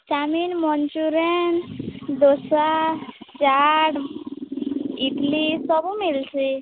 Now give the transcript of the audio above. chowmein Manchurian dosa chaat idli ସବୁ ମିଲ୍ସି